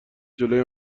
جلوی